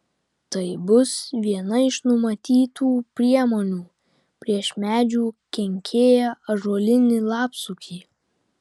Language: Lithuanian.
tai bus viena iš numatytų priemonių prieš medžių kenkėją ąžuolinį lapsukį